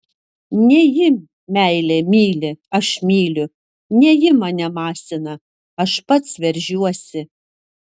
ne ji meilė myli aš myliu ne ji mane masina aš pats veržiuosi